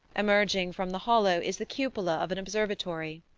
emerging from the hollow is the cupola of an observatory.